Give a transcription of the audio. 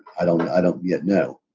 i don't know. i don't yet know.